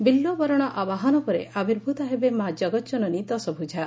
ବିଲ୍ୱବରଣ ଆବାହନ ପରେ ଆବିର୍ଭୁତା ହେବେ ମା' ଜଗତ୍ଜନନୀ ଦଶଭୁଜା